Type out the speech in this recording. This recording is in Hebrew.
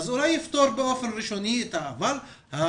ואז אולי יפתור באופן ראשוני את העבר.